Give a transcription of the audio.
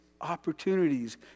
opportunities